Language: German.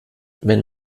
wenn